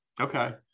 okay